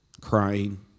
crying